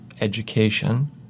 education